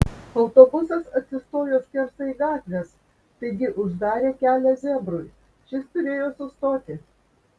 autobusas atsistojo skersai gatvės taigi uždarė kelią zebrui šis turėjo sustoti